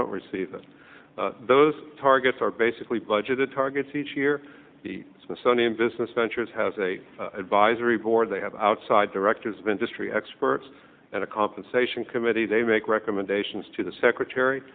don't receive those targets are basically budgeted targets each year the smithsonian business ventures has a advisory board they have outside directors of industry experts at a compensation committee they make recommendations to the secretary